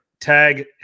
Tag